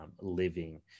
living